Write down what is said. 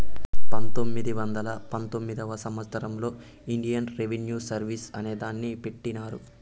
పంతొమ్మిది వందల పంతొమ్మిదివ సంవచ్చరంలో ఇండియన్ రెవిన్యూ సర్వీస్ అనే దాన్ని పెట్టినారు